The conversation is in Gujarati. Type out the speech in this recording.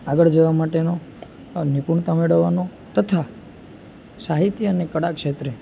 આગળ જવા માટેનો નિપુણતા મેળવવાનો તથા સાહિત્ય અને કળા ક્ષેત્રે